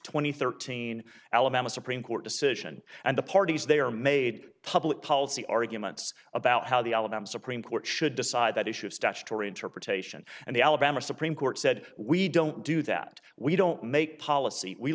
twenty thirteen alabama supreme court decision and the parties they are made public policy arguments about how the alabama supreme court should decide that issue of statutory interpretation and the alabama supreme court said we don't do that we don't make policy we